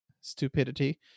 stupidity